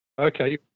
Okay